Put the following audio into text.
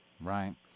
Right